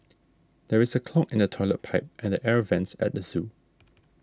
there is a clog in the Toilet Pipe and Air Vents at the zoo